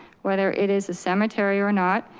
whether it is a cemetery or not,